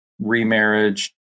remarriage